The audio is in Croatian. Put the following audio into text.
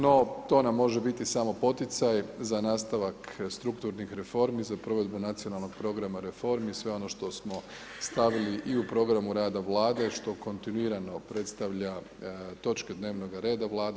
No to nam može biti samo poticaj za nastavak strukturnih reformi, za provedbu nacionalnog programa reformi, sve ono što smo stavili i u programu rada Vlade, što kontinuirano predstavlja točke dnevnoga reda Vlade.